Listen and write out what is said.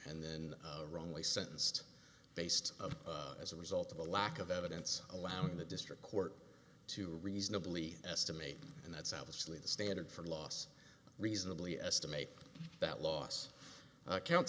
and then wrongly sentenced based of as a result of a lack of evidence allowing the district court to reasonably estimate and that's out of sleep the standard for loss reasonably estimate that loss count